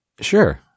Sure